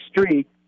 street